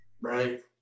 right